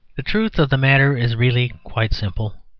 the truth of the matter is really quite simple.